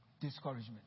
Discouragement